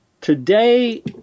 Today